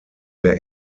der